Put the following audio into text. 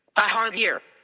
a hard year.